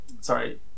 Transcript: Sorry